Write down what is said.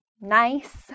Nice